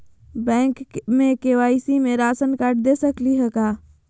Bank में KYC में ration card दे सकली हई का?